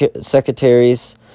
secretaries